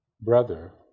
brother